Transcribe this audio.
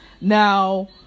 Now